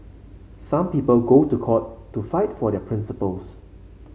some people go to court to fight for their principles